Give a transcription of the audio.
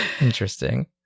Interesting